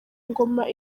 ngoma